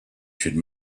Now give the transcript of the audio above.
should